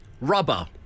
Rubber